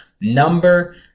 Number